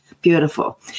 Beautiful